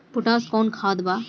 Potash कोउन खाद बा?